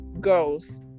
girls